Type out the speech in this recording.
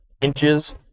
inches